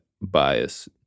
bias